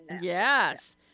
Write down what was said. Yes